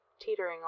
teetering